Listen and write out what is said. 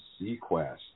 Sequest